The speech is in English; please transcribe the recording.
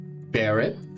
Barrett